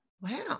Wow